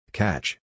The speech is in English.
catch